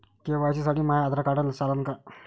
KYC साठी माह्य Aadhaar card चालन का?